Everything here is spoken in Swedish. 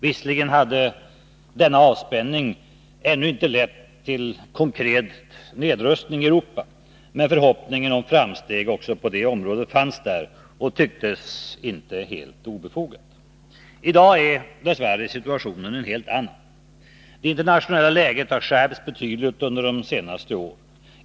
Visserligen hade denna avspänning inte lett till konkret nedrustning i Europa, men förhoppningen om framsteg också på det området fanns där och tycktes inte helt obefogad. I dag är dess värre situationen en helt annan. Det internationella läget har skärpts betydligt under de senaste åren.